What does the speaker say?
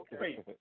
Wait